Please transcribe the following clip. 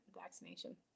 vaccination